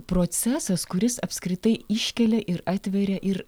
procesas kuris apskritai iškelia ir atveria ir